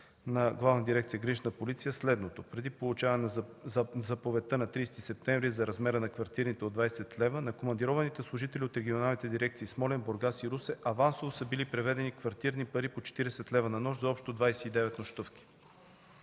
„Гранична полиция“ следното: преди получаване на заповедта на 30 септември за размера на квартирните от 20 лв. на командированите служители от регионалните дирекции в Смолян, Бургас и Русе авансово са били преведени квартирни пари по 40 лв. на нощ за общо 29 нощувки.